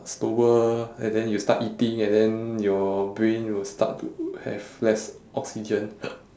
slower and then you start eating and then your brain you will start to have less oxygen